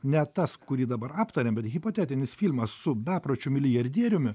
ne tas kurį dabar aptarėm bet hipotetinis firmas su bepročiu milijardieriumi